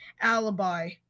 alibi